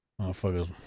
Motherfuckers